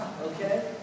okay